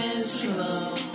slow